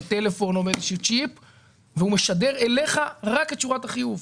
בטלפון או באיזה שבב והוא משדר אליך רק את שורת החיוב,